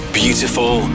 beautiful